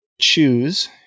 choose